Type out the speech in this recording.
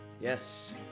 Yes